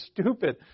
stupid